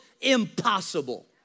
impossible